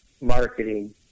marketing